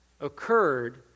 occurred